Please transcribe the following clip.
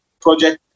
project